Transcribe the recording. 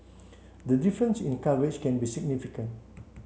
the difference in coverage can be significant